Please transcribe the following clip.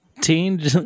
Teen